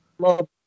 love